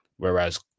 Whereas